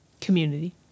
Community